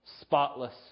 Spotless